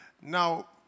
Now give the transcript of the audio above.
Now